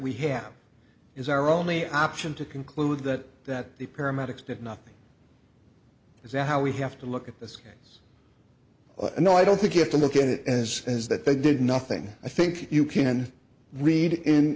we have is our only option to conclude that that the paramedics did nothing is that how we have to look at this no i don't think you have to look at it as is that they did nothing i think you can read